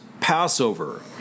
Passover